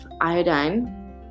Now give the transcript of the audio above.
iodine